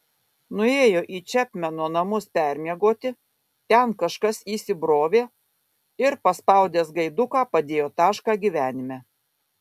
nuėjo į čepmeno namus permiegoti ten kažkas įsibrovė ir paspaudęs gaiduką padėjo tašką gyvenime